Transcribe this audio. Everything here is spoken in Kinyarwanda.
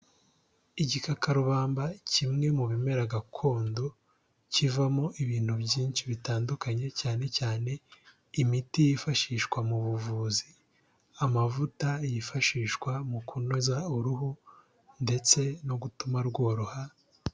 Igikakarubamba kimwe mu bimera gakondo kivamo ibintu byinshi bitandukanye cyane cyane imiti yifashishwa mu buvuzi, amavuta yifashishwa mu kunoza uruhu, ndetse no gutuma rworoha.